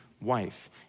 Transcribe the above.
wife